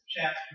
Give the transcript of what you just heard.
chapter